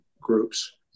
groups